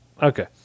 okay